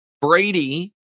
Brady